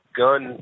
gun